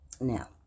now